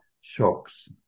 shocks